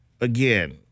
Again